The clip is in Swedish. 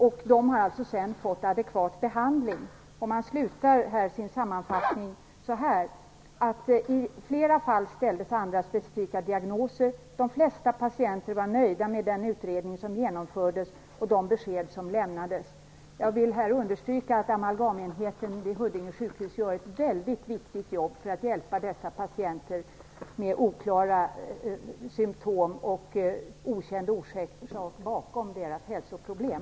Dessa människor har sedan fått adekvat behandling. Man avslutar sin sammanfattning så här: I flera fall ställdes andra specifika diagnoser. De flesta patienter var nöjda med den utredning som genomfördes och de besked som lämnades. Jag vill understryka att amalgamenheten vid Huddinge sjukhus gör ett väldigt viktigt jobb för att hjälpa dessa patienter med oklara symtom och med okänd orsak bakom deras hälsoproblem.